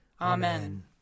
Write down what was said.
Amen